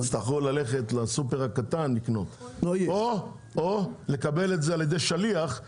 יצטרכו ללכת לסופר הקטן כדי לקנות או לקבל את זה על ידי שליח.